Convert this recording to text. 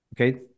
Okay